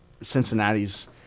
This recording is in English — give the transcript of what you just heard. Cincinnati's